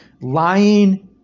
Lying